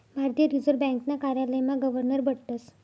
भारतीय रिजर्व ब्यांकना कार्यालयमा गवर्नर बठतस